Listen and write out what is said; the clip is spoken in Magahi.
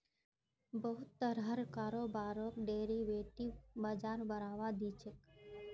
बहुत तरहर कारोबारक डेरिवेटिव बाजार बढ़ावा दी छेक